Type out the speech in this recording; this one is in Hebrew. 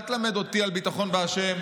אל תלמד אותי על ביטחון בהשם.